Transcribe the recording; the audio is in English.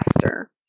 faster